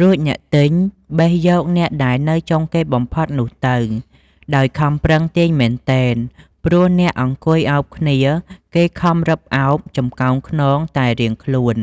រួចអ្នកទិញបេះយកអ្នក ដែលនៅចុងគេបំផុតនោះទៅ ដោយខំប្រឹងទាញមែនទែន ព្រោះអ្នកអង្គុយឱបគ្នាគេខំរឹបឱបចំកោងខ្នងតែរៀង ខ្លួន